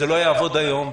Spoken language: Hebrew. זה לא יעבוד היום.